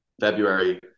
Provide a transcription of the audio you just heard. February